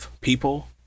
people